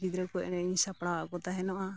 ᱜᱤᱫᱽᱨᱟᱹ ᱠᱚ ᱮᱱᱮᱡ ᱤᱧ ᱥᱟᱯᱲᱟᱣᱮᱫ ᱠᱚ ᱛᱟᱦᱮᱱᱚᱜᱼᱟ